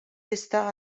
lista